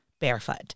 barefoot